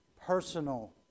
Personal